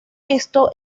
esto